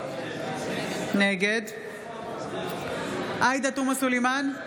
נגד עאידה תומא סלימאן,